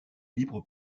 libre